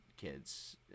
kids